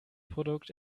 produkt